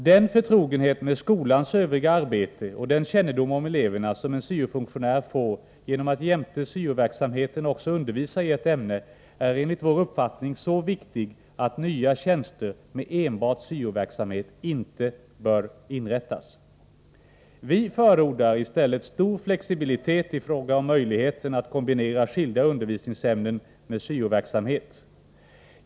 Den förtrogenhet med skolans övriga arbete och den kännedom om eleverna som en syo-funktionär får genom att jämte syo-verksamheten också undervisa i ett ämne är enligt vår uppfattning så viktig att nya tjänster med enbart syo-verksamhet inte bör inrättas. Vi förordar i stället stor flexibilitet i fråga om möjligheterna att kombinera skilda undervisningsämnen med syo-verksamhet.